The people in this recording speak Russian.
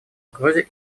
угрозе